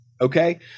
Okay